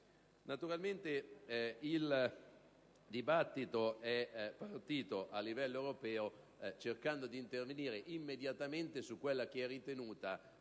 Naturalmente, il dibattito è partito a livello europeo cercando di intervenire immediatamente su quello che è ritenuto